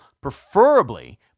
preferably